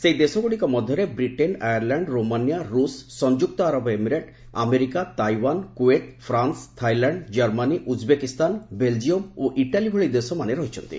ସେହି ଦେଶଗୁଡ଼ିକ ମଧ୍ୟରେ ବ୍ରିଟେନ୍ ଆୟାର୍ଲ୍ୟାଣ୍ଡ ରୋମାନିଆ ରୁଷ୍ ସଂଯୁକ୍ତ ଆରବ Emirate America Taiwan Kuwait France Thailand Germany Uzbekistan Belgium ଓ ଇଟାଲୀ ଭଳି ଦେଶମାନେ ରହିଛନ୍ତି